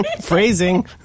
Phrasing